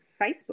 Facebook